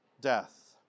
death